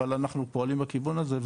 אבל אנחנו פועלים בכיוון הזה,